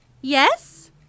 Yes